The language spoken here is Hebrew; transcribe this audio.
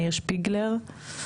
מאיר שפיגלר.